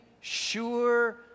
sure